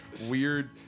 weird